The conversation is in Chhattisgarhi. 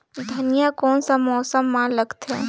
धनिया कोन सा मौसम मां लगथे?